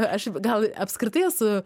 aš gal apskritai esu